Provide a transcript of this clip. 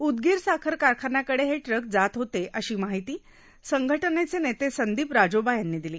उदगीर साखर कारखान्याकडे हे ट्रक जात होते अशी माहिती संघटनेचे नेते संदीप राजोबा यांनी दिली